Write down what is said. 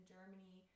Germany